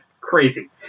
Crazy